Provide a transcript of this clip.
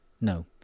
No